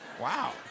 wow